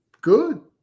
good